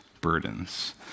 burdens